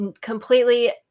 completely